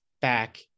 back –